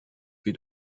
wie